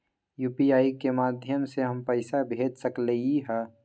UPI के माध्यम से हम पैसा भेज सकलियै ह?